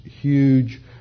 huge